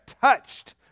touched